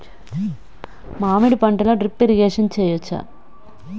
మామిడి పంటలో drip irrigation చేయచ్చా?